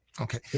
Okay